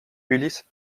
ulysse